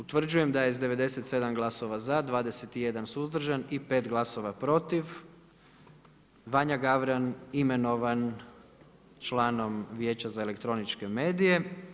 Utvrđujem da je sa 97 glasova za, 21 suzdržan, i 5 glasova protiv, Vanja Gavran imenovan članom Vijeća za elektroničke medije.